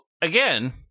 again